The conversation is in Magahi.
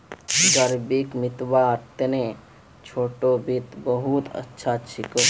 ग़रीबीक मितव्वार तने छोटो वित्त बहुत अच्छा छिको